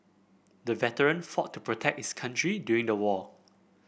the veteran fought to protect his country during the war